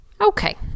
Okay